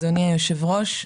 אדוני היושב-ראש,